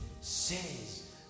says